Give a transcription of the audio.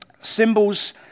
symbols